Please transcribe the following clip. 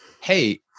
hey